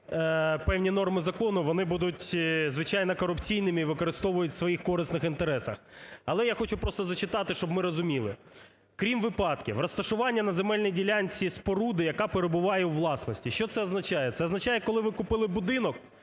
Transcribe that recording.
певні норми закону, вони будуть, звичайно, корупційними і використовують у своїх корисних інтересах. Але я хочу просто зачитати, щоб ми розуміли. "Крім випадків розташування на земельній ділянці споруди, яка перебуває у власності". Що це означає? Це означає, коли ви купили будинок,